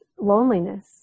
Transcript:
loneliness